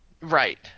Right